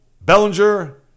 Bellinger